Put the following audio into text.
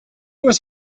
was